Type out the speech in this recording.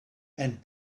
and